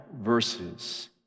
verses